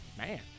Man